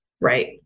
Right